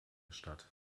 statt